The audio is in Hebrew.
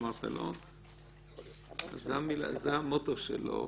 זה המוטו שלו,